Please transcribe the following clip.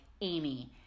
Amy